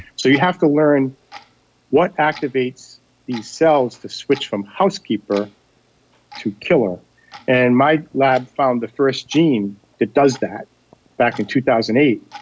so you have to learn what activates these cells to switch from housekeeper to killer and my lab found the first gene that does that back in two thousand and eight.